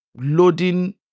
loading